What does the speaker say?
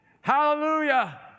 Hallelujah